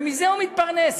ומזה הוא מתפרנס.